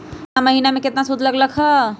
केतना महीना में कितना शुध लग लक ह?